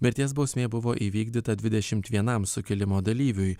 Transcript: mirties bausmė buvo įvykdyta dvidešimt vienam sukilimo dalyviui